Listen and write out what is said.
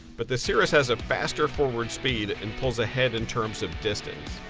but the cirrus has a faster forward speed and pulls ahead in terms of distance.